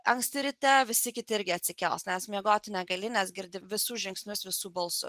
anksti ryte visi kiti irgi atsikels nes miegoti negali nes girdi visų žingsnius visu balsus